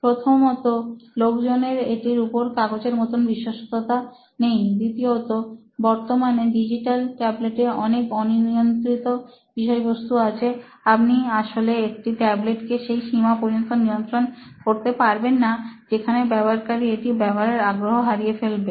প্রথমত লোকজনের এটির উপর কাগজের মতন বিশ্বস্থতা নেই দ্বিতীয়ত বর্তমানে ডিজিটাল ট্যাবলেটে অনেক অনিয়ন্ত্রিত বিষয়বস্তু আছে আপনি আসলে একটি ট্যাবলেট কে সেই সীমা পর্যন্ত নিয়ন্ত্রণ করতেন পারবেন না যেখানে ব্যবহারকারী এটি ব্যবহারের আগ্রহ হারিয়ে ফেলবে